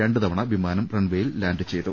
രണ്ട് തവണ വിമാനം റൺവേയിൽ ലാന്റ് ചെയ്തു